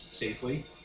Safely